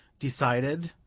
decided,